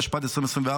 התשפ"ד 2024,